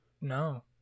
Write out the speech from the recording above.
No